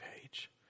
page